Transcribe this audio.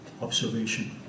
observation